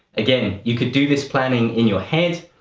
again, you could do this planning in your head,